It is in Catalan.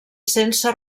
sense